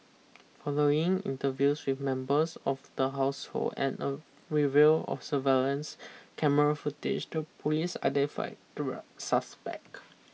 following interviews with members of the household and a review of surveillance camera footage to police identified suspect